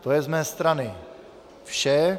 To je z mé strany vše.